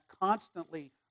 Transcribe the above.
constantly